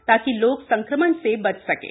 ताकि लोग संक्रमण से बच सकें